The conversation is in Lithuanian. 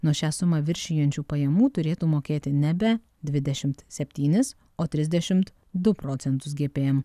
nuo šią sumą viršijančių pajamų turėtų mokėti nebe dvidešimt septynis o trisdešimt du procentus gpm